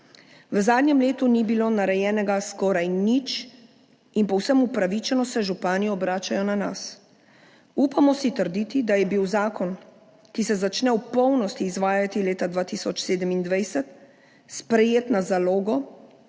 V zadnjem letu ni bilo narejenega skoraj nič in povsem upravičeno se župani obračajo na nas. Upamo si trditi, da je bil zakon, ki se začne v polnosti izvajati leta 2027, sprejet na zalogo,